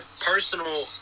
personal